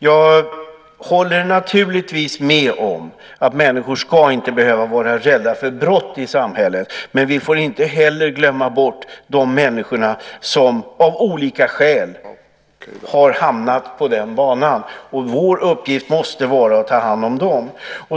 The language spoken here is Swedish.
Jag håller naturligtvis med om att människor inte ska behöva vara rädda för brott i samhället. Men vi får inte heller glömma bort de människor som av olika skäl har hamnat på den banan. Vår uppgift måste vara att ta hand om dem.